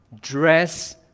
dress